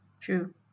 True